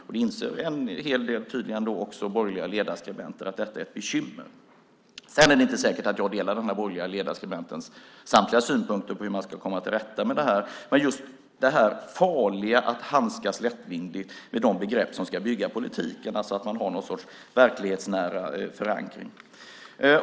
Och tydligen inser också en hel del borgerliga ledarskribenter att detta är ett bekymmer. Sedan är det inte säkert att jag delar den borgerliga ledarskribentens samtliga synpunkter på hur man ska komma till rätta med det här. Men jag håller med om just det farliga i att handskas lättvindigt med de begrepp som ska bygga politiken. Man bör alltså ha någon sorts verklighetsnära förankring.